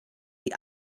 die